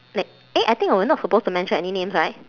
le~ eh I think we are not supposed to mention any names right